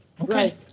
Okay